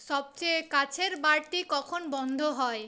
সবচেয়ে কাছের বারটি কখন বন্ধ হয়